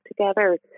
together